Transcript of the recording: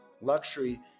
luxury